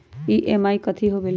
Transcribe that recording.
EMI कथी होवेले?